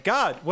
God